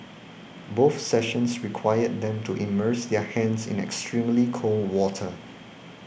both sessions required them to immerse their hands in extremely cold water